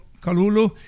Kalulu